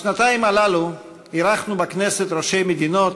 בשנתיים הללו אירחנו בכנסת ראשי מדינות,